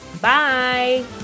Bye